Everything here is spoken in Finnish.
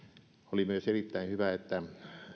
oli myös erittäin hyvä että